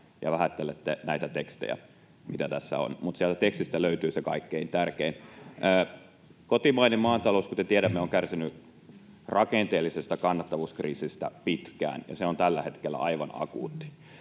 ja vähättelette näitä tekstejä, mitä tässä on, vaikka sieltä tekstistä löytyy se kaikkein tärkein. Kotimainen maatalous, kuten tiedämme, on kärsinyt rakenteellisesta kannattavuuskriisistä pitkään, ja se on tällä hetkellä aivan akuutti.